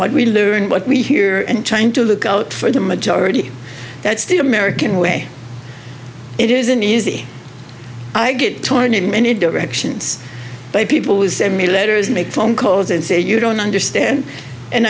what we do and what we hear and trying to look out for the majority that's the american way it isn't easy i get torn in many directions by people whose emulators make phone calls and say you don't understand and